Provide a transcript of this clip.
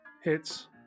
Hits